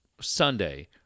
Sunday